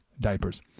diapers